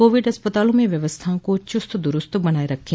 Covid अस्पतालों मे ंव्यवस्थाओं को चुस्तदुरूस्त बनाये रखें